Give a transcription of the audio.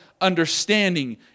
understanding